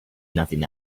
nothing